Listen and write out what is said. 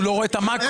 הוא לא רואה את המקרו.